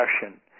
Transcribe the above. discussion